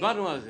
דיברנו על זה.